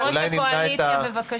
יושב ראש הקואליציה, בבקשה.